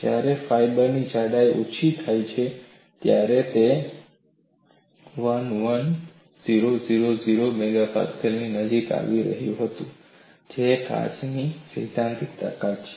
જ્યારે ફાઇબરની જાડાઈ ઓછી થાય છે ત્યારે તે 11000 MPa ની નજીક આવી રહ્યું હતું જે કાચની સૈદ્ધાંતિક તાકાત છે